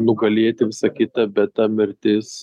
nugalėti visa kita bet ta mirtis